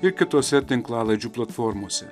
ir kitose tinklalaidžių platformose